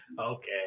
Okay